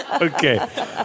Okay